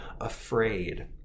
afraid